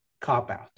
cop-out